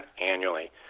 annually